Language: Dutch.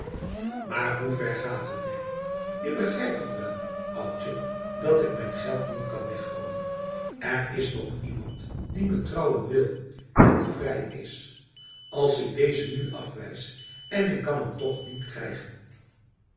maar hoever gaat het nèh je begrijpt toch wel oudje dat ik mijn geld niet kan weggooien er is nog iemand die me trouwen wil en die vrij is als ik deze nu afwijs en ik kan hem toch niet krijgenf